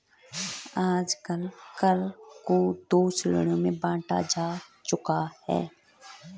आजकल कर को दो श्रेणियों में बांटा जा चुका है